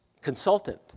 consultant